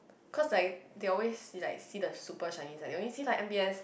cause like they always see like see the super shiny side they only see like M_B_S